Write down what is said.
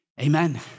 Amen